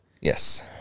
yes